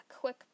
quick